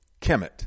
Kemet